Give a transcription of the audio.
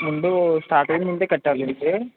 ముందు స్టార్టింగ్ నుండి కట్టాలి అండి